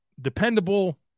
dependable